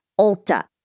Ulta